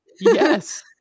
Yes